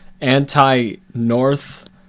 anti-north